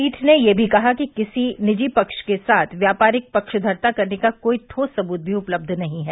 पीठ ने यह भी कहा कि किसी निजी पक्ष के साथ व्यापारिक पक्षधरता करने का कोई ठोस सबूत भी उपलब्ध नहीं है